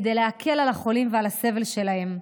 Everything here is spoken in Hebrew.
כדי להקל על החולים ועל הסבל שלהם.